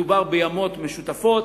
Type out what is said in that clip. מדובר בימות משותפות.